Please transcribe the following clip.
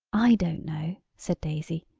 i don't know, said daisy,